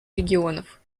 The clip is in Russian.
регионов